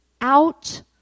Out